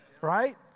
Right